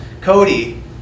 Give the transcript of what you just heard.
Cody